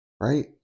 right